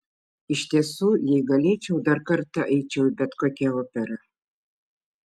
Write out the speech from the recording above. iš tiesų jei galėčiau dar kartą eičiau į bet kokią operą